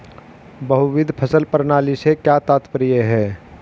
बहुविध फसल प्रणाली से क्या तात्पर्य है?